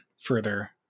further